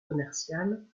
commerciales